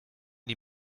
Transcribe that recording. die